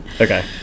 Okay